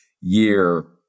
year